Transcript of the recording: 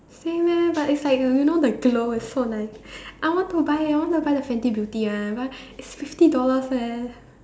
same eh but it's like you you know the glow is so nice I want to buy I want to buy the Fenty Beauty one but it's fifty dollars eh